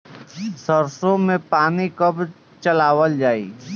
सरसो में पानी कब चलावल जाई?